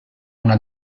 una